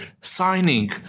signing